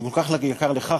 שכל כך יקר לך,